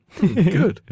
good